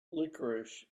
licorice